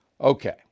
okay